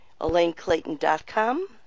ElaineClayton.com